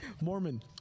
Mormon